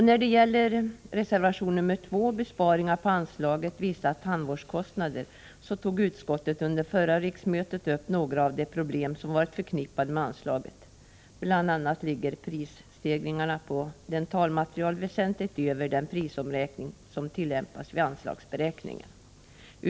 När det gäller reservation 2, om besparingar på anslaget Vissa tandvårdskostnader, tog utskottet under förra riksmötet upp några av de problem som varit förknippade med anslaget. Bl. a. ligger prisstegringarna på dentalmaterial väsentligt högre än den prisomräkning som tillämpas vid anslagsberäkningen.